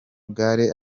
gare